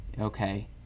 Okay